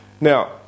Now